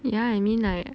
yeah I mean like